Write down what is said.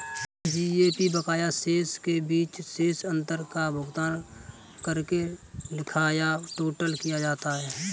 GAP बकाया शेष के बीच शेष अंतर का भुगतान करके लिखा या टोटल किया जाता है